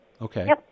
Okay